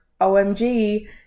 OMG